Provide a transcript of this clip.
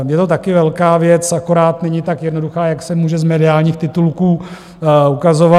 Je to také velká věc, akorát není tak jednoduchá, jak se může z mediálních titulků ukazovat.